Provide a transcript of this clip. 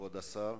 כבוד השר,